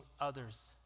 others